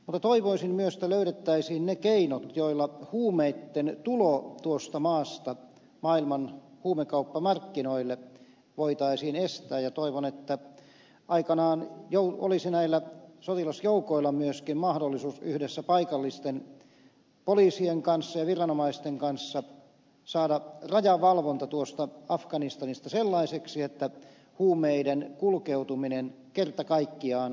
mutta toivoisin myös että löydettäisiin ne keinot joilla huumeitten tulo tuosta maasta maailman huumekauppamarkkinoille voitaisiin estää ja toivon että aikanaan olisi näillä sotilasjoukoilla myöskin mahdollisuus yhdessä paikallisten poliisien kanssa ja viranomaisten kanssa saada rajavalvonta afganistanissa sellaiseksi että huumeiden kulkeutuminen kerta kaikkiaan voitaisiin estää